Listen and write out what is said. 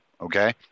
Okay